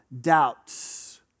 doubts